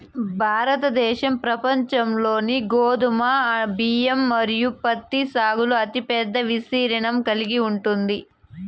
భారతదేశం ప్రపంచంలోనే గోధుమ, బియ్యం మరియు పత్తి సాగులో అతిపెద్ద విస్తీర్ణం కలిగి ఉంది